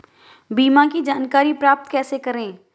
बीमा की जानकारी प्राप्त कैसे करें?